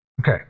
Okay